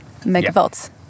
Megavolts